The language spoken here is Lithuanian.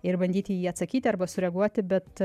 ir bandyti į jį atsakyti arba sureaguoti bet